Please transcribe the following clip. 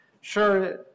Sure